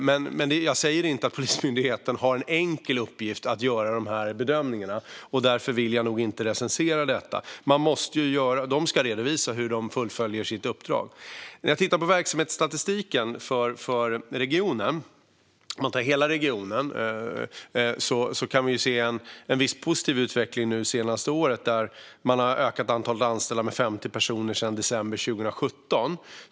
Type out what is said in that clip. Men jag säger inte att Polismyndigheten har en enkel uppgift att göra dessa bedömningar, och därför vill jag inte recensera dem. Myndigheten ska redovisa hur man fullföljer sitt uppdrag. Om vi tittar på verksamhetsstatistiken för hela regionen kan vi se en viss positiv utveckling det senaste året, där man har ökat antalet anställda med 50 personer sedan december 2017.